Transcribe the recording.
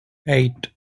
eight